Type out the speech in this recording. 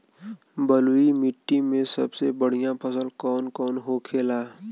बलुई मिट्टी में सबसे बढ़ियां फसल कौन कौन होखेला?